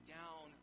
down